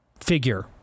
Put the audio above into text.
figure